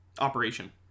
operation